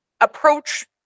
approach